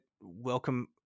welcome